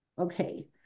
Okay